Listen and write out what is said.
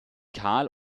kahl